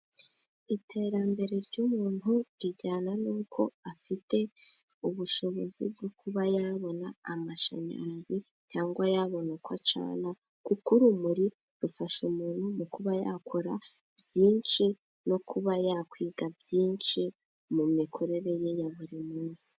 Iterambere ry'umuntu rijyana n'uko afite ubushobozi bwo kuba yabona amashanyarazi, cyangwa yabona uko acana. Kuko urumuri rufasha umuntu mu kuba yakora byinshi no kuba yakwiga byinshi mu mikorere ye ya buri munsi.